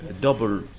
Double